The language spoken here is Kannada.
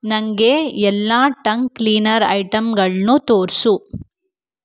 ನನಗೆ ಎಲ್ಲ ಟಂಗ್ ಕ್ಲೀನರ್ ಐಟಮ್ಗಳನ್ನೂ ತೋರಿಸು